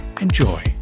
enjoy